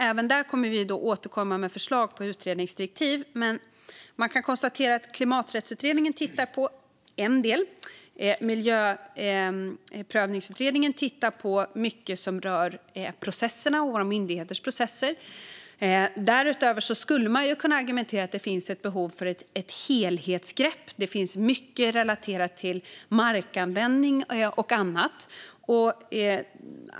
Även där kommer vi att återkomma med förslag på utredningsdirektiv, men man kan konstatera att Klimaträttsutredningen tittar på en del och att Miljöprövningsutredningen tittar på mycket som rör våra myndigheters processer. Man skulle kunna argumentera för att det därutöver finns behov av ett helhetsgrepp - det finns mycket relaterat till markanvändning och annat.